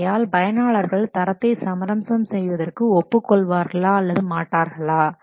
ஆகையால் பயனாளர்கள் தரத்தை சமரசம் செய்வதற்கு ஒப்புக் கொள்வார்களா அல்லது மாட்டார்களா